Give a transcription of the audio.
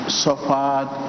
suffered